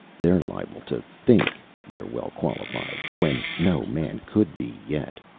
they're liable to think they're well qualified, when no man could be yet.